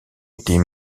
était